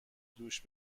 دوش